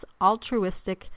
altruistic